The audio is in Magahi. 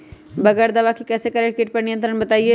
बगैर दवा के कैसे करें कीट पर नियंत्रण बताइए?